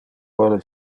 vole